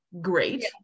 great